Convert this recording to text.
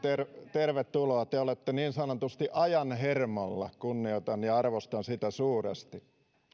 tervetuloa te olette niin sanotusti ajan hermolla kunnioitan ja arvostan sitä suuresti